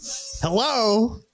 Hello